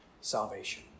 salvation